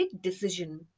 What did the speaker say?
decision